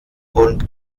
und